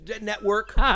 network